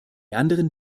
anderen